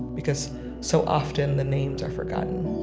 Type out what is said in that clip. because so often the names are forgotten